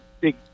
big